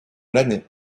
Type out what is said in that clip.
l’année